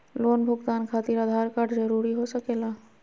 Loan भुगतान खातिर Aadhaar card जरूरी हो सके ला?